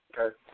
okay